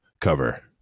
cover